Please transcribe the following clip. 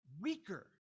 weaker